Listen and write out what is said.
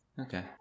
Okay